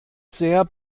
sehr